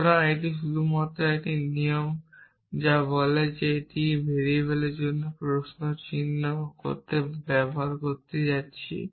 সুতরাং এটি শুধুমাত্র একটি নিয়ম যা বলে যে আমি একটি ভেরিয়েবলের জন্য প্রশ্ন চিহ্ন ব্যবহার করতে যাচ্ছি